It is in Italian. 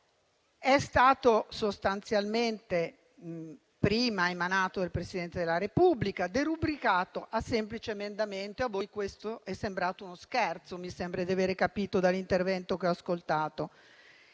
è stato sostanzialmente prima emanato dal Presidente della Repubblica, poi derubricato a semplice emendamento e a voi questo è sembrato uno scherzo, mi sembra di avere capito dall'intervento che ho ascoltato.